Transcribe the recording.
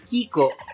Kiko